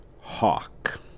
Hawk